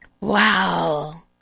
Wow